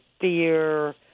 fear